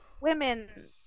women